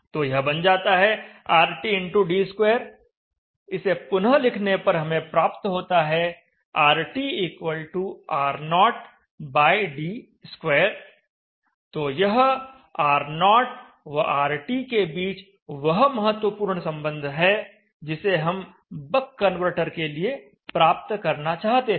तो यह बन जाता है RTxd2 इसे पुनः लिखने पर हमें प्राप्त होता है RTR0d2 तो यह R0 व RT के बीच वह महत्वपूर्ण संबंध है जिसे हम बक कन्वर्टर के लिए प्राप्त करना चाहते थे